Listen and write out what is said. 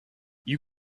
you